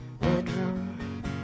bedroom